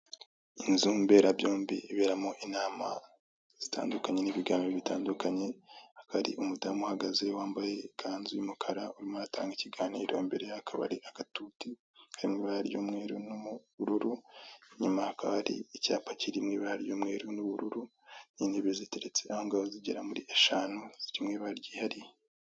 Inzu mberabyombi iberamo inama zitandukanye n'ibiganiro bitandukanye. Hari umudamu uhagaze wambaye ikanzu y’umukara, arimo atanga ikiganiro. imbere hakaba hari agatuti k'ibara ry'umweru n'ubururu, inyuma ye hakaba hari icyapa kiri mu ibara ry'umweru n'ubururu, n'intebe ziteretse ahongaho zigera muri eshanu ziba ryihariye.